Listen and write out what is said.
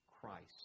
Christ